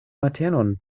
matenon